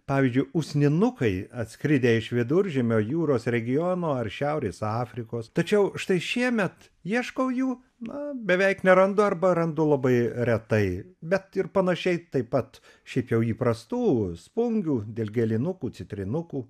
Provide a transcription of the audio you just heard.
pavyzdžiui usninukai atskridę iš viduržemio jūros regiono ar šiaurės afrikos tačiau štai šiemet ieškau jų na beveik nerandu arba randu labai retai bet ir panašiai taip pat šiaip jau įprastų spungių dilgėlinukų citrinukų